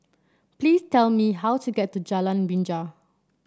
please tell me how to get to Jalan Binja